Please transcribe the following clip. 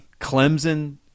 Clemson